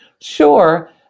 Sure